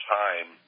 time